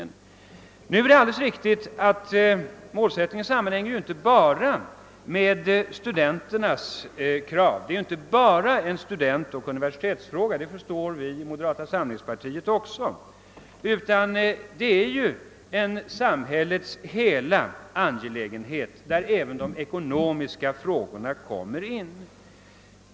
Det är alldeles riktigt att målsättningen inte enbart sammanhänger med studenternas krav. Utbildningen är inte bara en fråga för studenter och universitet. Det förstår vi inom vårt parti också. Nej, utbildningen är en angelägenhet för hela samhället där även de ekonomiska frågorna kommer in.